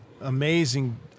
amazing